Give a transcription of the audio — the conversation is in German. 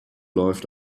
läuft